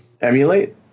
Emulate